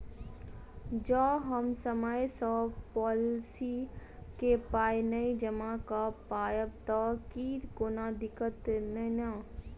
जँ हम समय सअ पोलिसी केँ पाई नै जमा कऽ पायब तऽ की कोनो दिक्कत नै नै?